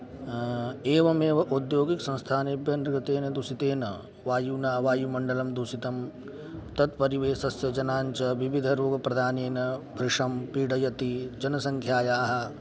एवमेव औद्योगिकसंस्थानेभ्यः निर्गतेन दूषितेन वायुना वायुमण्डलं दूषितं तत्परिवेशस्य जनानाञ्च विविधरोगप्रदानेन भृषं पीडयति जनसंख्यायाः